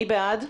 מי בעד?